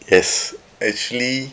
yes actually